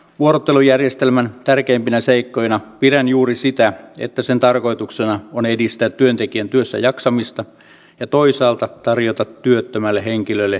vuorottelujärjestelmän tärkeimpinä seikkoina pidän juuri sitä että sen tarkoituksena on edistää työntekijän työssäjaksamista ja toisaalta tarjota työttömälle henkilölle työllistymismahdollisuus